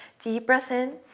deep breath in.